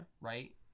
Right